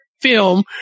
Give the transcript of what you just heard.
film